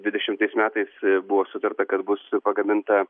dvidešimtais metais buvo sutarta kad bus pagaminta